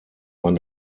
man